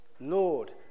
Lord